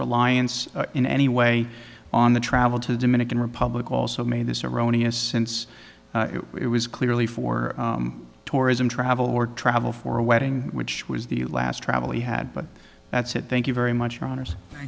reliance in any way on the travel to the dominican republic also made this erroneous since it was clearly for tourism travel or travel for a wedding which was the last travel we had but that's it thank you very much